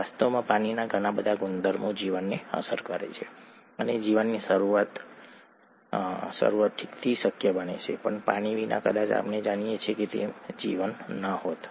વાસ્તવમાં પાણીના ઘણા ગુણધર્મો જીવનને અસર કરે છે અને જીવનની શરૂઆત ઠીકથી શક્ય બનાવે છે પાણી વિના કદાચ આપણે જાણીએ છીએ તેમ જીવન ન હોત